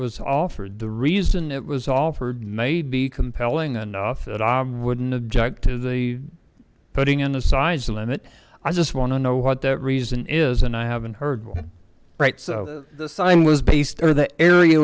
was offered the reason it was all for may be compelling enough that i wouldn't object to the putting in the size the limit i just want to know what that reason is and i haven't heard right so the sign was based on the area